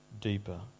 deeper